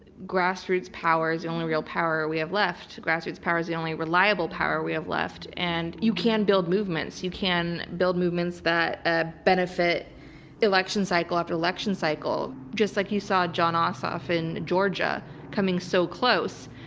grassroots power is the only real power we have left. grassroots power is the only reliable power we have left. and you can build movements. you can build movements that ah benefit election cycle after election cycle. just like you saw john ossoff in georgia coming so close.